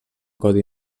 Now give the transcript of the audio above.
codi